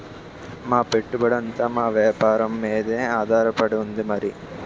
మా పెట్టుబడంతా మా వేపారం మీదే ఆధారపడి ఉంది మరి